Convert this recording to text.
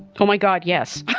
oh, my god. yes,